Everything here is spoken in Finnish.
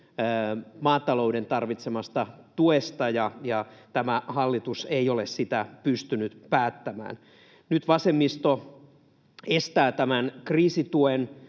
maatalouden tarvitsemasta tuesta ja tämä hallitus ei ole siitä pystynyt päättämään. Nyt vasemmisto estää tämän kriisituen,